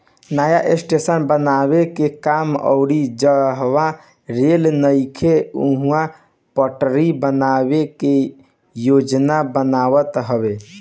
नया स्टेशन बनावे के काम अउरी जहवा रेल नइखे उहा पटरी बनावे के योजना बनत हवे